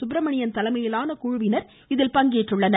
சுப்பிரமணியன் தலைமையிலான குழுவினர் இதில் பங்கேற்றுள்ளனர்